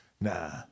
Nah